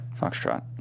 Foxtrot